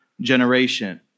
generation